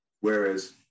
Whereas